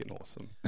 awesome